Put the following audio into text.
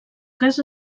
cas